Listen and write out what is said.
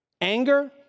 Anger